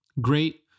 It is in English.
Great